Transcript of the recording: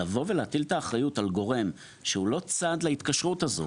לבוא ולהטיל את האחריות על גורם שהוא לא צד להתקשרות הזו?